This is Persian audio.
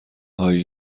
هایی